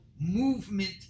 movement